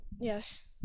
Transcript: Yes